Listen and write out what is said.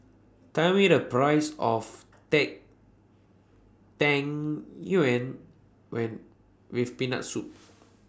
Tell Me The Price of Tang Yuen when with Peanut Soup